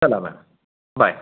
चला ma'am bye